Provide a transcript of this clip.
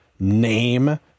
name